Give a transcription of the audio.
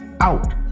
out